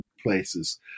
places